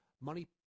money